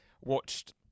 Watched